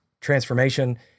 transformation